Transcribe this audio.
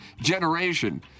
generation